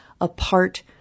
apart